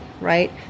right